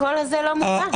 הקול הזה לא נשמע.